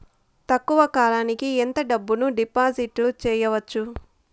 తక్కువ కాలానికి ఎంత డబ్బును డిపాజిట్లు చేయొచ్చు?